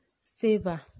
saver